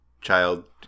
child